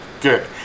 Good